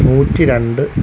നൂറ്റി രണ്ട്